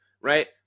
right